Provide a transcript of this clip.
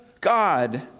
God